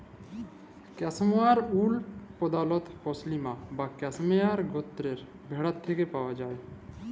cashmere wool পধালত পশমিলা বা ক্যাসমোয়ার গত্রের ভেড়াল্লে পাউয়া যায়